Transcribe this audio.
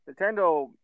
Nintendo